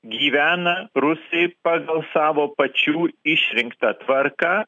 gyvena rusai pagal savo pačių išrinktą tvarką